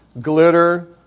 glitter